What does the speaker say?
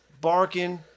barking